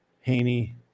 Haney